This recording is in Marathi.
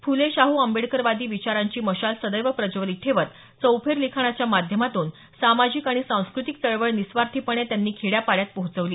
फुले शाहू आंबेडकरवादी विचारांची मशाल सदैव प्रज्वलित ठेवत चौफेर लिखाणाच्या माध्यमातून सामाजिक आणि सांस्कृतिक चळवळ निस्वार्थीपणे त्यांनी खेड्यापाड्यात पोहोचवली